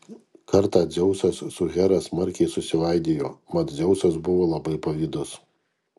kartą dzeusas su hera smarkiai susivaidijo mat dzeusas buvo labai pavydus